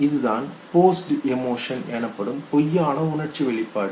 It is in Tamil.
இதுதான் போஸ்டு எமோஷன் எனப்படும் பொய்யான உணர்ச்சி வெளிப்பாடு